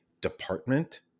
department